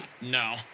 no